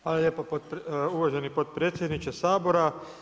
Hvala lijepo uvaženi potpredsjedniče Sabora.